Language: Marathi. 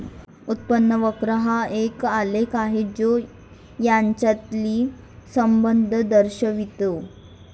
उत्पन्न वक्र हा एक आलेख आहे जो यांच्यातील संबंध दर्शवितो